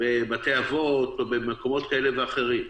בבתי-אבות או במקומות כאלה ואחרים.